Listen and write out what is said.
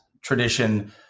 tradition